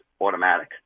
automatic